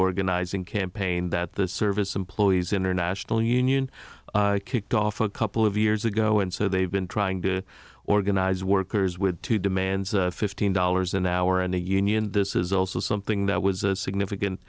organizing campaign that the service employees international union kicked off a couple of years ago and so they've been trying to organize workers with two demands fifteen dollars an hour and a union this is also something that was a significant